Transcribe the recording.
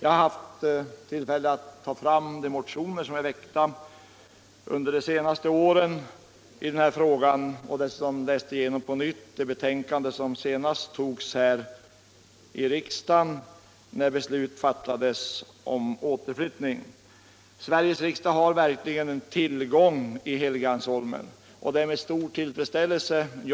Jag har tagit fram de motioner som väckts under de senaste åren i denna fråga och dessutom har jag på nytt läst igenom det betänkande som låg till grund för riksdagens beslut om återflyuning. Sveriges riksdag har verkligen en tillgång i Helgeandsholmen, och det är med stor tillfredsställelse som